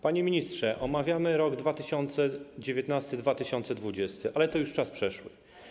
Panie ministrze, omawiamy lata 2019 i 2020, ale to już czas przeszły.